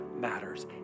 matters